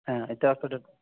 হ্যাঁ এটা অতটা